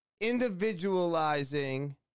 individualizing